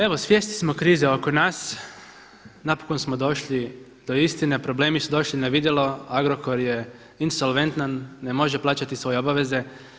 Evo svjesni smo krize oko nas, napokon smo došli do istine, problemi su došli na vidjelo, Agrokor je insolventan, ne može plaćati svoje obaveze.